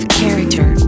character